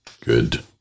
Good